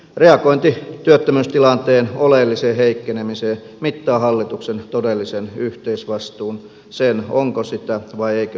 reagointi työttömyystilanteen oleelliseen heikkenemiseen mittaa hallituksen todellisen yhteisvastuun sen onko sitä vai eikö sitä ole